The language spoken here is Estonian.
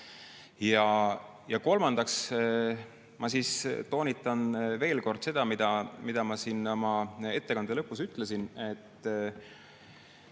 Ja kolmandaks, ma toonitan veel kord seda, mida ma siin oma ettekande lõpus ütlesin.